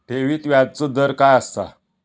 ठेवीत व्याजचो दर काय असता?